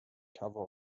cover